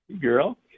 girl